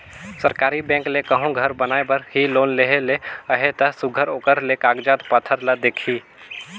सरकारी बेंक ले कहों घर बनाए बर ही लोन लेहे ले अहे ता सुग्घर ओकर ले कागज पाथर ल देखही